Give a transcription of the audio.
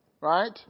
right